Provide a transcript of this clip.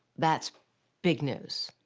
that's big news.